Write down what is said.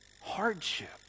hardship